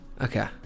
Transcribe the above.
Okay